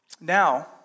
Now